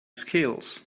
skills